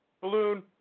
Balloon